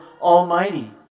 Almighty